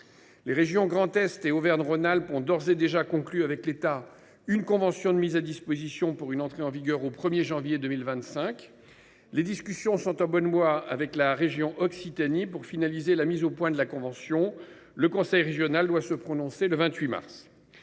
Les régions Grand Est et Auvergne Rhône Alpes ont d’ores et déjà conclu avec l’État une convention de mise à disposition entrant en vigueur au 1 janvier 2025. Les discussions sont en bonne voie avec la région Occitanie pour finaliser la mise au point de la convention. Le conseil régional doit se prononcer le 28 mars